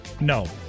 no